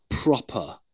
Proper